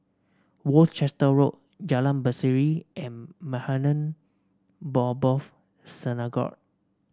Worcester Road Jalan Berseri and Maghain Aboth Synagogue